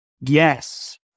Yes